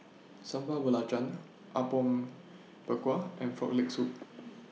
Sambal Belacan Apom Berkuah and Frog Leg Soup